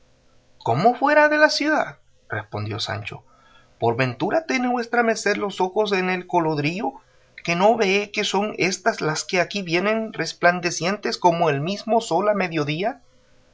cómo fuera de la ciudad respondió por ventura tiene vuesa merced los ojos en el colodrillo que no vee que son éstas las que aquí vienen resplandecientes como el mismo sol a mediodía